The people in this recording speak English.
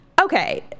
okay